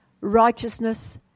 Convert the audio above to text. righteousness